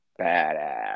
badass